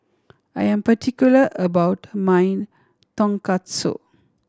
I am particular about my Tonkatsu